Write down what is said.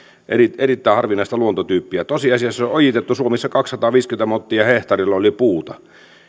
erittäin harvinaista luontotyyppiä tosiasiassa se on ojitettu suo missä kaksisataaviisikymmentä mottia hehtaarilla oli puuta